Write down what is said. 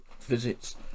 visits